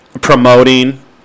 promoting